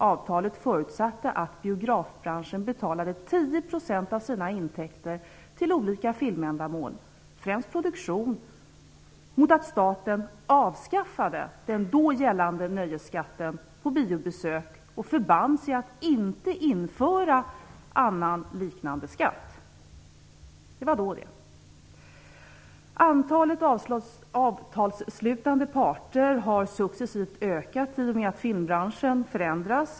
Avtalet förutsatte att biografbranschen betalade 10 % av sina intäkter till olika filmändamål, främst produktion, mot att staten avskaffade den då gällande nöjesskatten på biobesök och förband sig att inte införa annan liknande skatt. Det var då, det. Antalet avtalsslutande parter har successivt ökat i och med att filmbranschen förändrats.